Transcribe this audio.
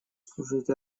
служить